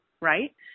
right